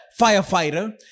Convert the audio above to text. firefighter